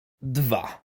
dwa